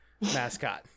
mascot